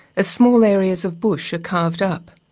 as small areas of bush are carved up